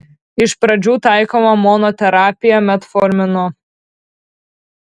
iš pradžių taikoma monoterapija metforminu